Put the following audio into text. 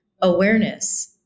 awareness